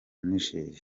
niger